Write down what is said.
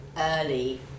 early